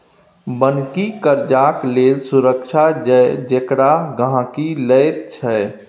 बन्हकी कर्जाक लेल सुरक्षा छै जेकरा गहिंकी लैत छै